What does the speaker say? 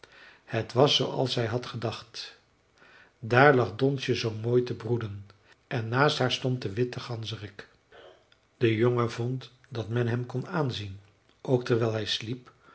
het was zooals hij had gedacht daar lag donsje zoo mooi te broeden en naast haar stond de witte ganzerik de jongen vond dat men hem kon aanzien ook terwijl hij sliep